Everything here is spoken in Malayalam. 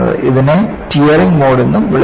ഇതിനെ ടിയറിംഗ് മോഡ് എന്നും വിളിക്കുന്നു